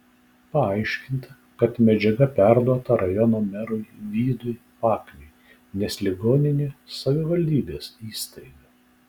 paaiškinta kad medžiaga perduota rajono merui vydui pakniui nes ligoninė savivaldybės įstaiga